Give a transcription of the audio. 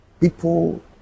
People